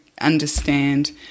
understand